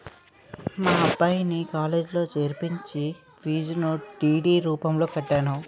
మా అబ్బాయిని కాలేజీలో చేర్పించి ఫీజును డి.డి రూపంలో కట్టాను